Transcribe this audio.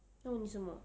他问你什么